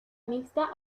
mixta